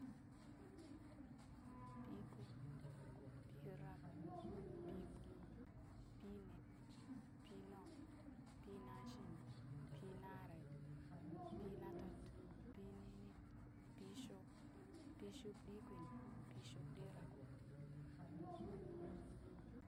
Pii kwin, pii rab, pii gbunung, pii net, pii nub, pii nashin, pii naare, pii natat, pii ninit, pii shuub, pii shuubɗiikwin, pii shuubɗii rab